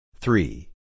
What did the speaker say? Three